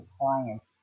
clients